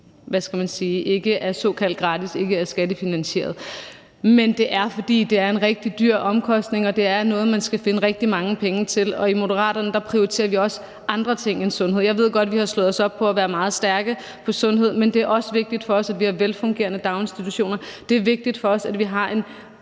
hvad skal man sige, ikke er såkaldt gratis, ikke er skattefinansieret. Men det er, fordi det er en rigtig dyr omkostning; det er noget, man skal finde rigtig mange penge til, og i Moderaterne prioriterer vi også andre ting end sundhed. Jeg ved godt, at vi har slået os op på at være meget stærke på sundhed, men det er også vigtigt for os, at vi har velfungerende daginstitutioner, det er vigtigt for os, at vi har en